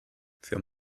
für